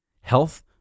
health